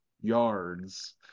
yards